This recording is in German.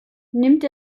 nimmt